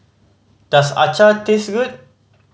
does taste good